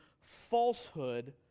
falsehood